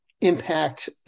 impact